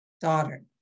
Daughter